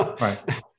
Right